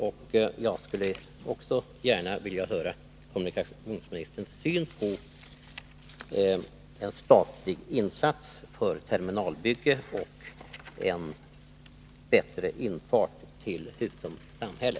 Jag skulle gärna vilja höra kommunikationsministerns syn på möjligheten av en statlig insats för terminalbygge och en bättre infart till Husums samhälle.